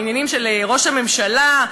בעניינים של ראש הממשלה,